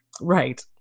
Right